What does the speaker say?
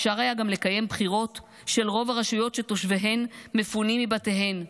אפשר היה גם לקיים בחירות של רוב הרשויות שתושביהן מפונים מבתיהם,